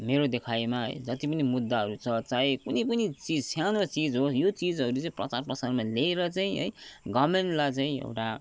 मेरो देखाईमा है जति पनि मुद्दाहरू छ चाहे कुनै पनि चिज सानो चिज होस् यो चिजहरू चाहिँ प्रचार प्रसार ल्याएर चाहिँ है गभर्मेन्टलाई चाहिँ एउटा